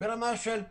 ברמה של 30%,